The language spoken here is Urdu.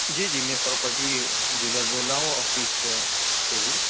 جی جی میں پراپرٹی ڈیلر بول رہا ہوں آفس سے ہی